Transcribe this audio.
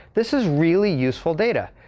this is really useful data.